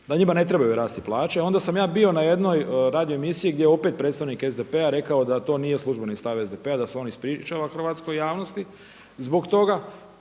da njima ne trebaju rasti plaće onda sam ja bio na jednoj radio emisiji gdje je opet predstavnik SDP-a rekao da to nije službeni stav SDP-a da se on ispričava hrvatskoj javnosti